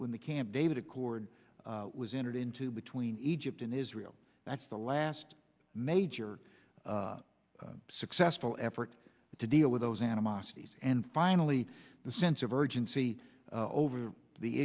when the camp david accord was entered into between egypt and israel that's the last major successful effort to deal with those animosities and finally the sense of urgency over the